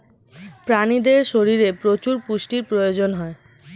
প্রাণীদের শরীরে প্রচুর পুষ্টির প্রয়োজন হয়